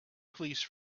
please